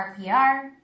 RPR